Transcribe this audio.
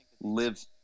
live